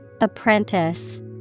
Apprentice